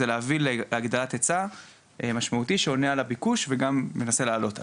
זה להביא להגדלת היצע משמעותי שעונה על הביקוש וגם מנסה לעלות עליו.